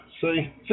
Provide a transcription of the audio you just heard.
See